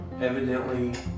evidently